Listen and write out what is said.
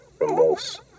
remorse